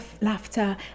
laughter